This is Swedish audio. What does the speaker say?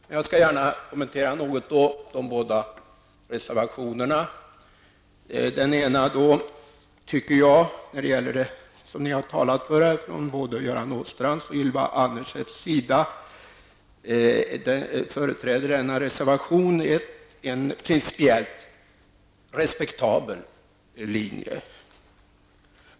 De båda reservationerna skall jag gärna något kommentera. Jag tycker att reservation 1, som Göran Åstrand och Ylva Annerstedt har talat för, företräder en principiellt respektabel linje.